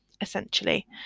essentially